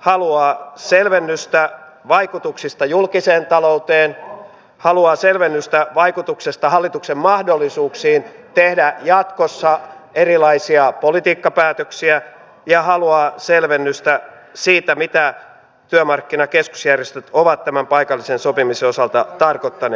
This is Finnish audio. haluaa selvennystä vaikutuksista julkiseen talouteen haluaa selvennystä vaikutuksesta hallituksen mahdollisuuksiin tehdä jatkossa erilaisia politiikkapäätöksiä ja haluaa selvennystä siitä mitä työmarkkinakeskusjärjestöt ovat tämän paikallisen sopimisen osalta tarkoittaneet